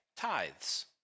tithes